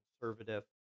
conservative